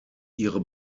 ihre